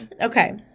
Okay